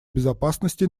безопасности